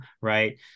right